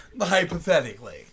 Hypothetically